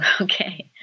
Okay